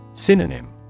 Synonym